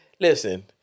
Listen